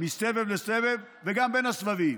מסבב לסבב וגם בין הסבבים.